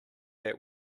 that